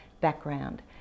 background